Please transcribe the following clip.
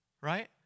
right